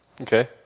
Okay